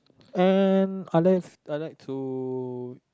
and I like I like to